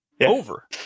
Over